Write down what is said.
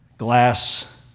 Glass